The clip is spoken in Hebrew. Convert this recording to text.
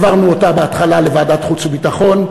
העברנו אותה בהתחלה לוועדת החוץ והביטחון,